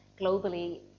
globally